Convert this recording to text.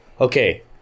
okay